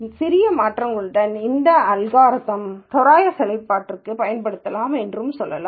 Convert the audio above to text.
சிறிய மாற்றங்களுடன் இந்த அல்காரிதம் தோராய செயல்பாட்ற்கு பயன்படுத்தப்படலாம் என்றும் செல்லலாம்